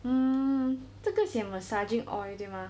hmm 这个写 massaging oil 对 mah